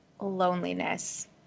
loneliness